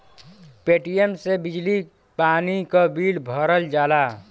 Paytm से बिजली पानी क बिल भरल जाला